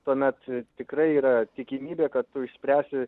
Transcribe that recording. tuomet tikrai yra tikimybė kad tu išspręsi